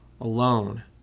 alone